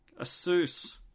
Asus